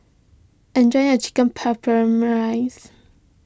enjoy your Chicken